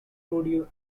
rodeo